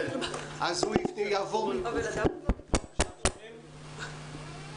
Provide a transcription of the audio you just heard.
תמצאו לו מקום.